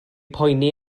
poeni